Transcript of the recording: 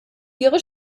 ihre